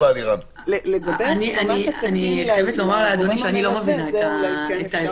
אני חייבת לומר לאדוני שאני לא מבינה את ההבדל,